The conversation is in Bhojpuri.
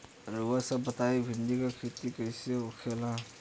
रउआ सभ बताई भिंडी क खेती कईसे होखेला?